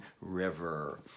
River